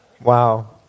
wow